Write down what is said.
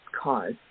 cause